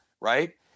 right